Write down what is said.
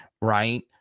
right